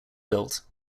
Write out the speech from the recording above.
built